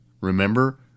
Remember